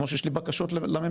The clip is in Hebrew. כמו שיש לי בקשות לממשלה.